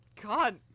God